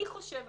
אני חושבת